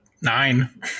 nine